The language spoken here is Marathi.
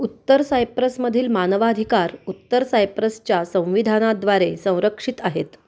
उत्तर सायप्रसमधील मानवाधिकार उत्तर सायप्रसच्या संविधानाद्वारे संरक्षित आहेत